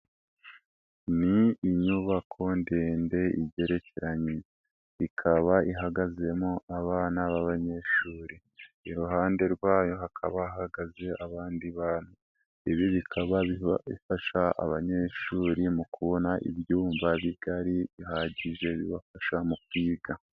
Ni inyubako ndende igerekeranye ikaba ihagazemo abana b'abanyeshuri, iruhande rwayo hakaba hahagaze abandi bana. Ibi bikaba bifasha abanyeshuri mu kubona ibyumba bigari bihagije bibafasha mu kwiga.